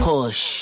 Push